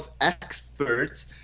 experts